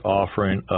offering